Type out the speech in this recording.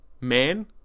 man